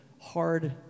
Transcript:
hard